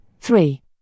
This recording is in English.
Three